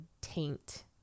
taint